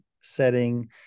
setting